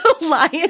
lion